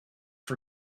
for